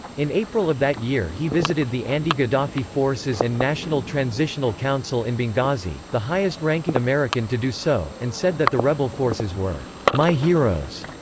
in april of that year he visited the anti-gaddafi forces and national transitional council in benghazi, the highest-ranking american to do so, and said that the rebel forces were my heroes.